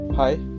Hi